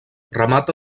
remata